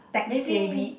maybe